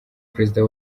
perezida